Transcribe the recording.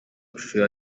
ishuri